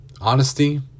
honesty